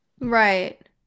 Right